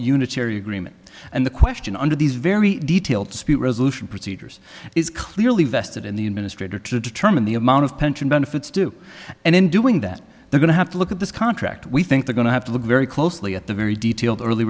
unitary agreement and the question under these very detailed speedy resolution procedures is clearly vested in the administrator to determine the amount of pension benefits do and in doing that they're going to have to look at this contract we think they're going to have to look very closely at the very detailed early